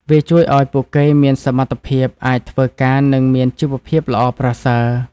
វាជួយឱ្យពួកគេមានសមត្ថភាពអាចធ្វើការនិងមានជីវភាពល្អប្រសើរ។